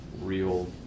real